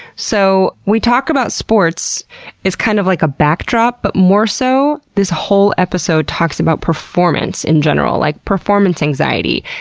so we talk about sports as kind of like a backdrop, but more so, this whole episode talks about performance in general, like performance anxiety,